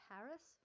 Paris